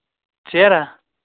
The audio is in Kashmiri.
ژیرٕ ہا